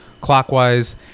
clockwise